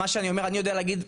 אני יודע להגיד,